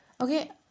Okay